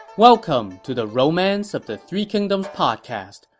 welcome to the romance of the three kingdoms podcast.